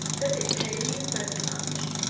does it pain you very much?